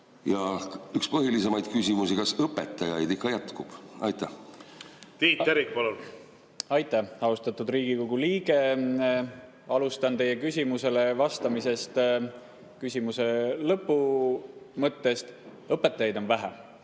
Ja üks kõige põhilisemaid küsimusi: kas õpetajaid ikka jätkub? Tiit Terik, palun! Aitäh! Austatud Riigikogu liige! Alustan teie küsimusele vastamisest selle lõpu mõttest. Õpetajaid on vähe.